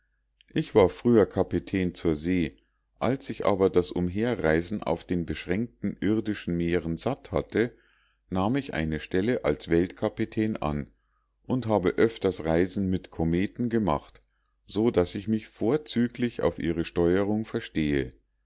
ich war früher kapitän zur see als ich aber das umherreisen auf den beschränkten irdischen meeren satt hatte nahm ich eine stelle als weltkapitän an und habe öfters reisen mit kometen gemacht so daß ich mich vorzüglich auf ihre steuerung verstehe